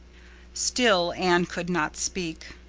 still anne could not speak.